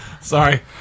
Sorry